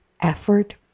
effort